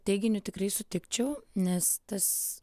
teiginiu tikrai sutikčiau nes tas